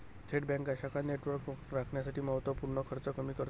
थेट बँका शाखा नेटवर्क राखण्यासाठी महत्त्व पूर्ण खर्च कमी करतात